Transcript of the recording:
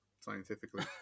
scientifically